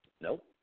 Nope